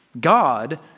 God